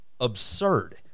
absurd